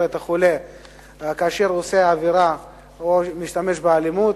את החולה ועושה עבירה או משתמש באלימות.